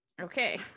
Okay